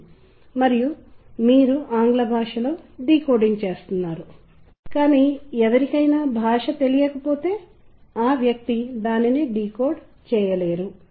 ఇప్పుడు నేను ప్రారంభించబోయేది పండిత్ హరిప్రసాద్ చౌరాషియా నుండి వచ్చిన బాణీతో మీరు రెండు వేర్వేరు ప్రదేశాలలో తెలియజేయబడిన భావోద్వేగం మారుతుందని మీరు కనుగొంటారు